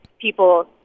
people